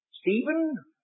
Stephen